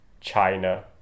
China